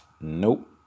Nope